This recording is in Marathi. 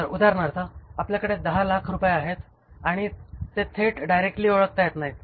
तर उदाहरणार्थ आपल्याकडे 1000000 रुपये आहेत आणि ते थेट डायरेक्टली ओळखता येत नाहीत